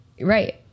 Right